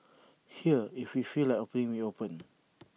here if we feel like opening we open